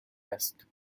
است